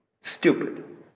stupid